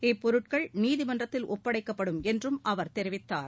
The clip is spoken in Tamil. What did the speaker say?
இப்பொருட்கள் நீதிமன்றத்தில் ஒப்படைக்கப்படும் என்றும் அவர் தெரிவித்தார்